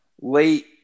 late